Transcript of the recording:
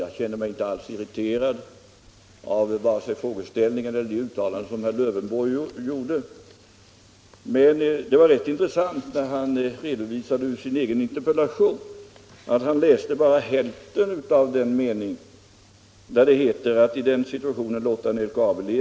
Jag känner mig inte alls irriterad vare sig av frågan eller av de uttalanden som herr Lövenborg gjorde. Men det var rätt intressant att iaktta att herr Lövenborg, när han citerade en mening ur sin interpellation, bara läste halva meningen.